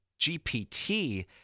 GPT